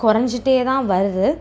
குறைஞ்சுட்டே தான் வருது